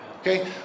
Okay